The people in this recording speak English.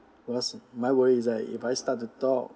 cause my worry is that if I start to talk